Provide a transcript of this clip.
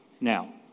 now